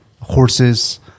horses